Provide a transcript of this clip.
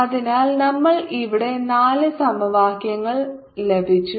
അതിനാൽ നമ്മൾക്ക് ഇവിടെ നാല് സമവാക്യങ്ങൾ ലഭിച്ചു